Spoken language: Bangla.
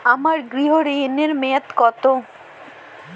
আমার গৃহ ঋণের মেয়াদ কত?